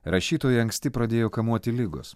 rašytoją anksti pradėjo kamuoti ligos